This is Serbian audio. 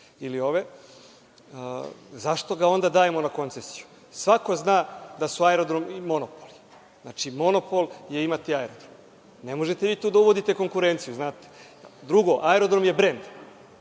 ili ove, zašto ga onda dajemo na koncesiju? Svako zna da su aerodromi monopoli. Znači, monopol je imati aerodrom. Ne možete tu da uvodite konkurenciju, znate. Drugo, aerodrom je brend.